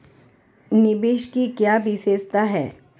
निवेश की क्या विशेषता है?